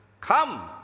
Come